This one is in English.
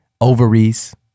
ovaries